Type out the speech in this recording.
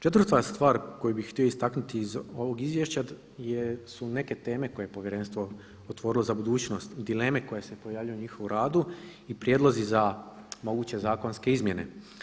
Četvrta stvar koju bih htio istaknuti iz ovog Izvješća su neke teme koje je Povjerenstvo otvorilo za budućnost, dileme koje se pojavljuju u njihovu radu i prijedlozi za moguće zakonske izmjene.